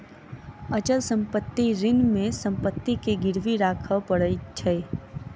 अचल संपत्ति ऋण मे संपत्ति के गिरवी राखअ पड़ैत अछि